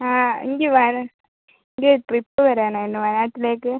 ആ എനിക്ക് ഒരു ട്രിപ്പ് വരാൻ ആയിരുന്നു വയനാട്ടിലേക്ക്